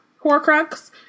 horcrux